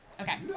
okay